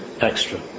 extra